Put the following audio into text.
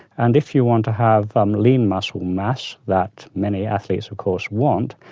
and if you want to have um lean muscle mass that many athletes of course want,